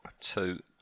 Two